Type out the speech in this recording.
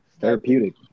therapeutic